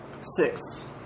Six